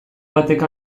batek